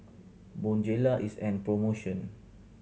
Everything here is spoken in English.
Bonjela is an promotion